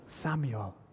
Samuel